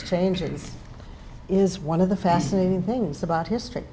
changes is one of the fascinating things about history